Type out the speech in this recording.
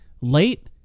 Late